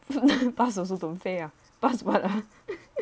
bus also don't 飞 bus